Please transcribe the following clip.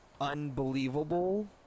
unbelievable